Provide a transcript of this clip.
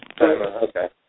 Okay